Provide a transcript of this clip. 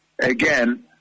Again